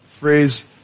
phrase